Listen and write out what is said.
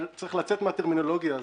אבל צריך לצאת מהטרמינולוגיה הזו.